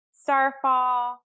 Starfall